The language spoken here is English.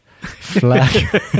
flag